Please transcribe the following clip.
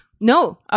no